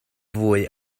fwy